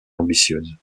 ambitieuses